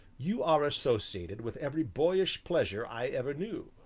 you are associated with every boyish pleasure i ever knew,